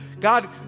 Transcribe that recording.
God